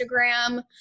Instagram